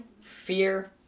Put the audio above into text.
fear